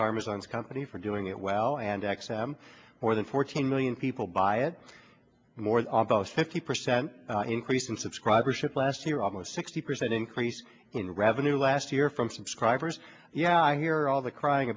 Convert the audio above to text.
karmas on his company for doing it well and access more than fourteen million people buy it more about fifty percent increase in subscribership last year almost sixty percent increase in revenue last year from subscribers yeah i hear all the crying